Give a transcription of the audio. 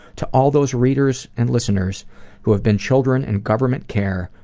to all those readers and listeners who have been children in government care,